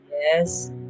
Yes